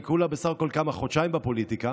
אני כולה בסך הכול חודשיים בפוליטיקה,